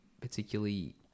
particularly